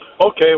Okay